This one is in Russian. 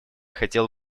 хотела